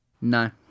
No